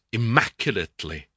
immaculately